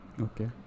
okay